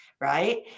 Right